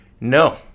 no